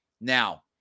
Now